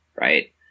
right